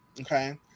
Okay